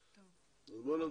אני מתנצל על האיחור,